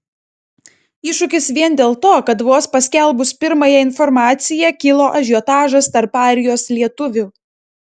iššūkis vien dėl to kad vos paskelbus pirmąją informaciją kilo ažiotažas tarp airijos lietuvių